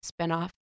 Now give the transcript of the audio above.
spinoff